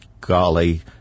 golly